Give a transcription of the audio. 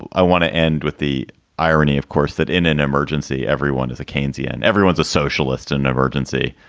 i want to end with the irony, of course, that in an emergency, everyone is a keynesian and everyone's a socialist, an emergency.